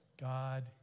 God